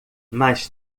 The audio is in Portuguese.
mais